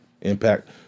Impact